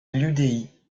l’udi